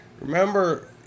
Remember